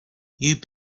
you